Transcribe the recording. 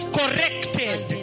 corrected